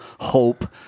hope